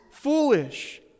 foolish